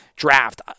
draft